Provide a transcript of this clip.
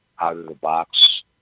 out-of-the-box